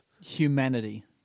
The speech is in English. Humanity